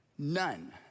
None